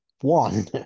one